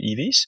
EVs